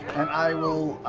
and i will,